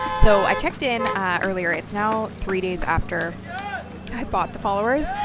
so, i checked in earlier, it's now three days after i bought the followers.